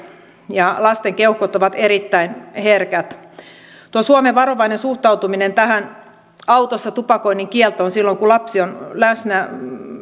ja lasten keuhkot ovat erittäin herkät suomen varovainen suhtautuminen tähän autossa tupakoinnin kieltoon silloin kun lapsi on läsnä